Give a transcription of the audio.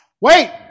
Wait